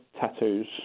tattoos